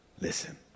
listen